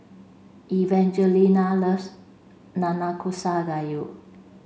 Evangelina loves Nanakusa Gayu